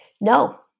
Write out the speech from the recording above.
No